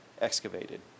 excavated